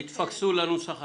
תתפקסו על הנוסח הנכון.